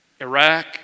Iraq